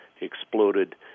exploded